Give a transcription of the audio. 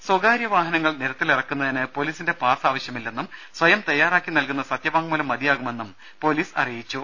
ദേദ സ്വകാര്യവാഹനങ്ങൾ നിരത്തിലിറക്കുന്നതിന് പൊലീസിന്റെ പാസ് ആവശ്യമില്ലെന്നും സ്വയം തയ്യാറാക്കി നൽകുന്ന സത്യവാങ്മൂലം മതിയാകുമെന്നും പൊലീസ് അറിയിച്ചു